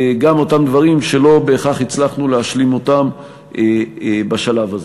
גם אותם דברים שלא בהכרח הצלחנו להשלים בשלב הזה.